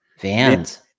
Vans